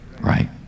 right